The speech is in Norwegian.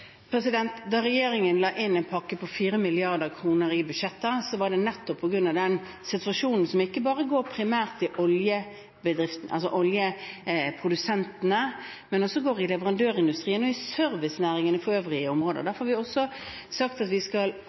Sørvest-landet? Da regjeringen la inn en pakke på 4 mrd. kr i budsjettet, var det nettopp på grunn av den situasjonen som primært ikke bare dreier seg om oljeprodusentene, men også om leverandørindustrien og servicenæringene for øvrig i området. Derfor har vi også sagt at vi skal